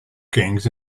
kings